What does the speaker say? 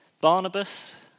Barnabas